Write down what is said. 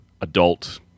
adult